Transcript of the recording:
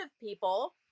people